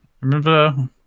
Remember